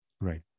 Right